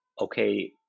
okay